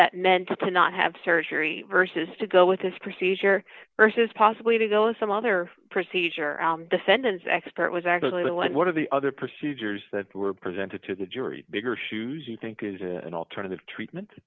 that meant to not have surgery versus to go with this procedure versus possibly to go to some other procedure the sentence expert was actually one of the other procedures that were presented to the jury bigger shoes you think is an alternative treatment